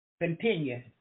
continue